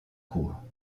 cours